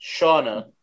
Shauna